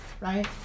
right